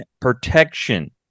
protection